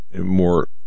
more